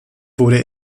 wurde